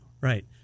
Right